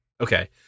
Okay